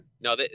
No